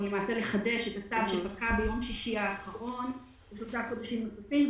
או למעשה לחדש את הצו שפקע ביום שישי האחרון לשלושה חודשים נוספים.